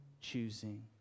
choosing